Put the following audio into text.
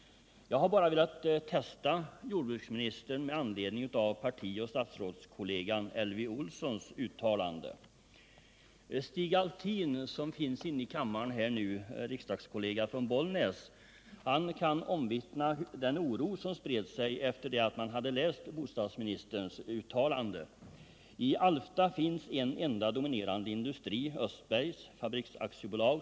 Jag har bara velat Stig Alftin, riksdagskollega från Bollnäs som finns i kammaren nu, kan omvittna den oro som spred sig efter det att man hade läst bostadsministerns uttalande. I Alfta finns en enda dominerande industri, Östbergs Fabriks AB.